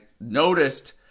noticed